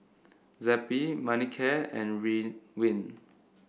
Zappy Manicare and Ridwind